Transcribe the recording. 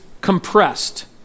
compressed